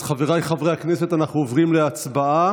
אז חבריי חברי הכנסת, אנחנו עוברים להצבעה.